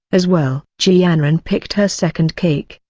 as well! ji yanran picked her second cake,